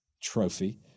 trophy